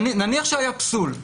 נניח שהיה פסול,